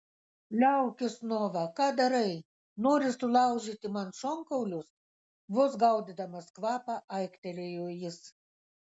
liaukis nova ką darai nori sulaužyti man šonkaulius vos gaudydamas kvapą aiktelėjo jis